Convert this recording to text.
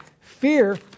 Fear